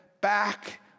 back